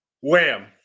Wham